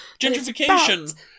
Gentrification